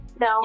No